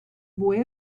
boy